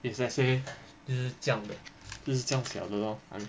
if let's say 不是这样的不是这样巧的 lor I mean